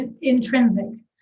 intrinsic